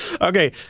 Okay